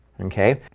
Okay